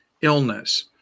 illness